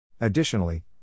Additionally